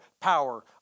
power